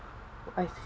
I